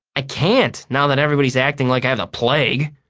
i can't, now that everybody's acting like i have the plague.